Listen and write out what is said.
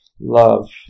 love